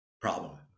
problem